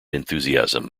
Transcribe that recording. enthusiasm